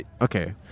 Okay